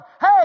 Hey